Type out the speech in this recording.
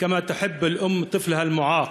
כפי שהאם אוהבת את ילדהּ המוגבל,)